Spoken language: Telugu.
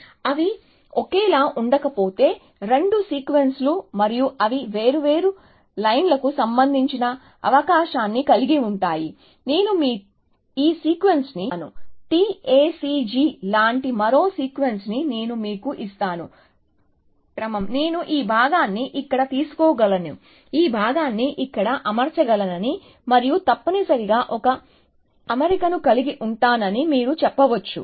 అవి ఒకేలా ఉండకపోతే రెండు సీక్వెన్స్లు మరియు అవి వేర్వేరు లెన్స్లకు సంబంధించిన అవకాశాన్ని కలిగి ఉంటాయి నేను మీకు ఈ సీక్వెన్స్ని ఇస్తాను TACG లాంటి మరో సీక్వెన్స్ని నేను మీకు ఇస్తాను క్రమం నేను ఈ భాగాన్ని ఇక్కడ తీసుకోగలనని ఈ భాగాన్ని ఇక్కడ అమర్చగలనని మరియు తప్పనిసరిగా ఒక అమరికను కలిగి ఉంటానని మీరు చెప్పవచ్చు